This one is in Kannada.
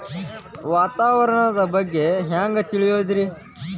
ವಾತಾವರಣದ ಬಗ್ಗೆ ಹ್ಯಾಂಗ್ ತಿಳಿಯೋದ್ರಿ?